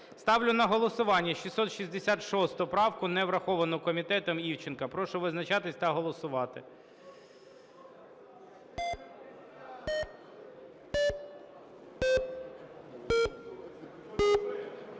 Ставлю на голосування 666 правку, не враховану комітетом, Івченка. Прошу визначатись та голосувати.